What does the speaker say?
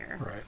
Right